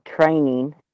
training